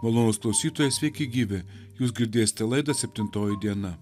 malonūs klausytojai sveiki gyvi jūs girdėsite laidą septintoji diena